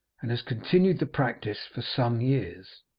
and has continued the practice for some years.